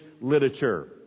literature